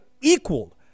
equal